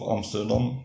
Amsterdam